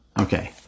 Okay